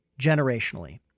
generationally